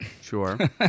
Sure